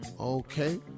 Okay